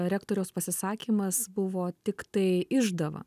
rektoriaus pasisakymas buvo tiktai išdava